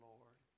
Lord